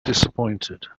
disappointed